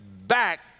back